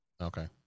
Okay